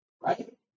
Right